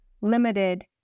limited